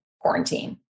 quarantine